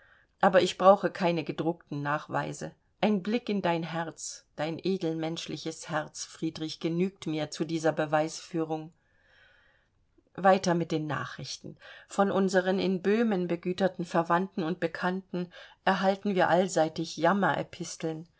aber ich brauche keine gedruckten nachweise ein blick in dein herz dein edelmenschliches herz friedrich genügt mir zu dieser beweisführung weiter mit den nachrichten von unseren in böhmen begüterten verwandten und bekannten erhalten wir allseitig